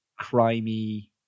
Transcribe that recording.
crimey